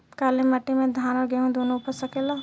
काली माटी मे धान और गेंहू दुनो उपज सकेला?